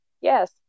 Yes